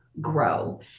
grow